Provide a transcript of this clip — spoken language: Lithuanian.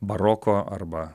baroko arba